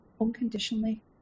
unconditionally